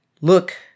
Look